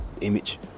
image